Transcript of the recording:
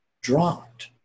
dropped